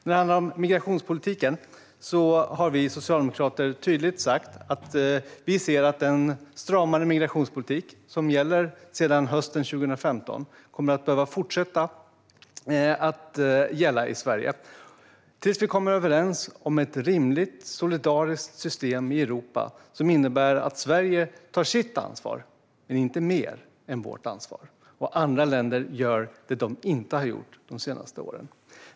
Vad gäller migrationspolitiken har vi socialdemokrater tydligt sagt att vi ser att den stramare migrationspolitik som gäller sedan hösten 2015 kommer att behöva fortsätta att gälla i Sverige tills vi kommer överens om ett rimligt, solidariskt system i Europa som innebär att Sverige tar sitt ansvar, men inte mer än sitt ansvar, och andra länder gör det de inte har gjort de senaste åren.